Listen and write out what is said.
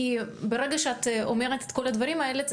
כי ברגע שאת אומרת את כל הדברים האלה,